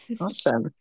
Awesome